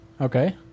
Okay